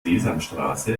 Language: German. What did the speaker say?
sesamstraße